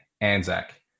ANZAC